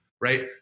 right